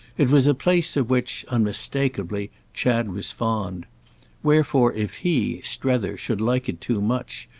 it was a place of which, unmistakeably, chad was fond wherefore if he, strether, should like it too much,